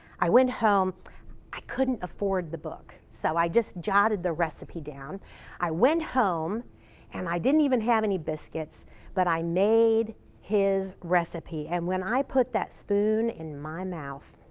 i went home i couldn't afford the book so i just jotted the recipe down i went home and i didn't even have any biscuits but i made his recipe. and when i put that spoon in my mouth,